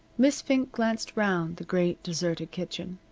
miss fink glanced round the great, deserted kitchen.